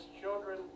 children